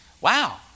Wow